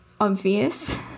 obvious